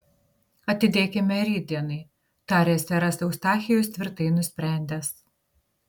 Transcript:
atidėkime rytdienai tarė seras eustachijus tvirtai nusprendęs